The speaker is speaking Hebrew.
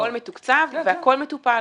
הכול מתוקצב, והכול מטופל.